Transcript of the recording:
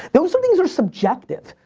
those things are subjective.